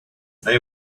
they